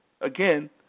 again